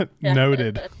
Noted